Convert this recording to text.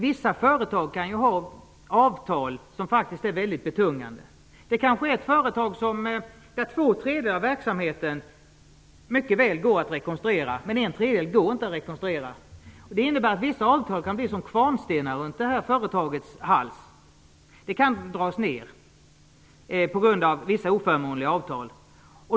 Vissa företag kan ha avtal som är väldigt betungande. Det kanske är ett företag där två tredjedelar av verksamheten mycket väl går att rekonstruera men där en tredjedel inte går att rekonsturera. Det innebär att vissa avtal kan bli som kvarnstenar runt företagets hals. Det kan dras ner i djupet på grund av vissa oförmånliga avtal.